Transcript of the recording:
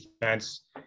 defense